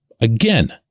Again